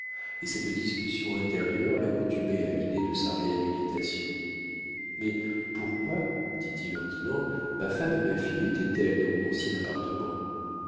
et cette discussion intérieure l'accoutumait à l'idée de sa réhabilitation mais pourquoi dit-il en dînant ma femme et ma fille étaient-elles dans mon ancien appartement